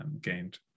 gained